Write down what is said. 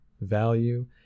value